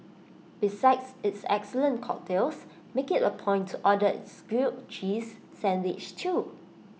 besides its excellent cocktails make IT A point to order its grilled cheese sandwich too